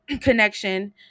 connection